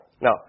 Now